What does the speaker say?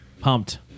pumped